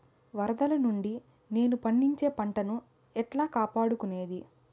వరదలు నుండి నేను పండించే పంట ను ఎట్లా కాపాడుకునేది?